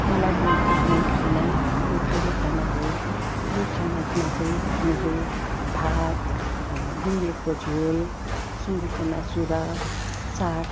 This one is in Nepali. मलाई मन पर्ने खाना गोर्खाली खाना हो यो खानामा चाहिँ हामीले भात गुन्द्रुकको झोल सुँगुरको मासु र साग